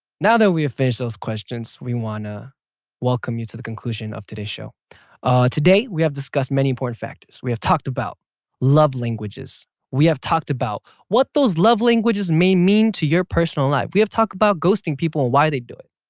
now that we have finished those questions, we want to welcome you to the conclusion of today's show today we have discussed many important factors. we have talked about love languages we have talked about what those love languages may mean to your personal life. we have talked about ghosting people and why they do it